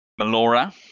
Melora